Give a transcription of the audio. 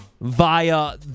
via